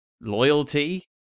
loyalty